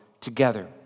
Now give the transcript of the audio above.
together